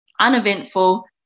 uneventful